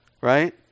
Right